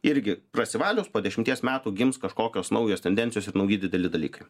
irgi prasivalius po dešimties metų gims kažkokios naujos tendencijos ir nauji dideli dalykai